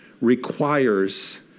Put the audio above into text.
requires